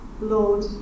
Lord